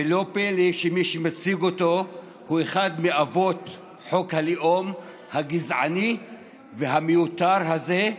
ולא פלא שמי שמציג אותו הוא אחד מאבות חוק הלאום הגזעני והמיותר הזה,